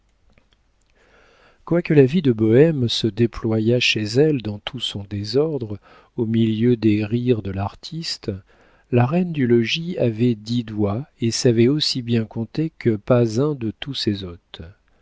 quoique la vie de la bohême se déployât chez elle dans tout son désordre au milieu des rires de l'artiste la reine du logis avait dix doigts et savait aussi bien compter que pas un de tous ses hôtes